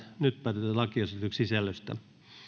nyt päätetään lakiehdotuksen sisällöstä